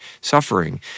suffering